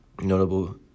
notable